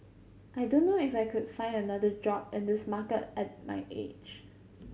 I don't know if I could find another job in this market at my age